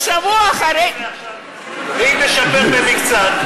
זה שבוע אחרי, ואם נשפר במקצת?